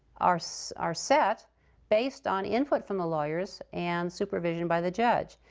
are so are set based on input from the lawyers and supervision by the judge.